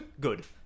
Good